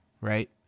right